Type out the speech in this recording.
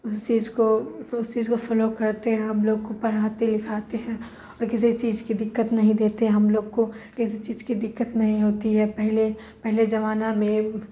اس چیز اس چیز کو فلو کرتے ہیں ہم لوگ کو پرھاتے لکھاتے ہیں اور کسی چیز کی دقت نہیں دیتے ہم لوگ کو کسی چیز کی دقت نہیں ہوتی ہے پہلے پہلے زمانہ میں